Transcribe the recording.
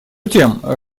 тем